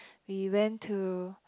we went to